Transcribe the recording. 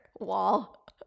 wall